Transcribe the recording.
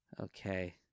okay